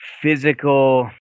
physical